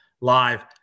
live